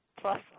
plus